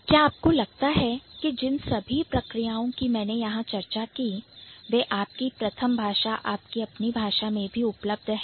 क्या आपको लगता है कि जिन सभी प्रक्रियाओं की मैंने यहां चर्चा की वे आप की प्रथम भाषा में भी उपलब्ध है